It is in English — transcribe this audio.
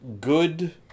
good